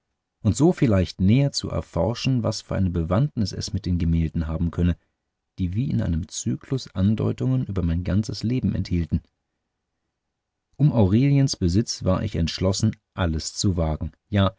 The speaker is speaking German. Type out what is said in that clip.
und so vielleicht näher zu erforschen was für eine bewandtnis es mit den gemälden haben könne die wie in einem zyklus andeutungen über mein ganzes leben enthielten um aureliens besitz war ich entschlossen alles zu wagen ja